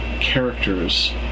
characters